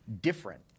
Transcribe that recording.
different